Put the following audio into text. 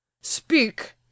speak